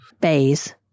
Bays